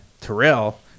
Terrell